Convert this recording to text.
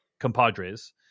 compadres